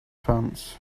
pants